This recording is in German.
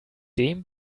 dem